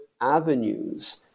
avenues